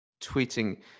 tweeting